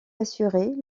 assurer